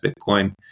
Bitcoin